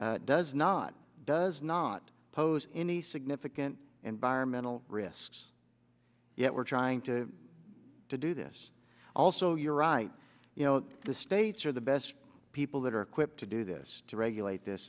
does not does not pose any significant environmental risks yet we're trying to do this also you're right you know the states are the best people that are equipped to do this to regulate this